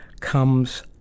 comes